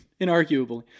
inarguably